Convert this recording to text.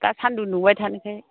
दा सानदुं दुंबाय थानायखाय